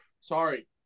sorry